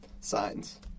signs